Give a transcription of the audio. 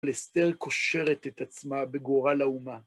אסתר קושרת את עצמה בגורל האומה.